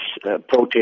protest